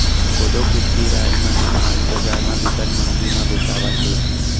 कोदो, कुटकी, राई मन ह आज बजार म बिकट महंगी म बेचावत हे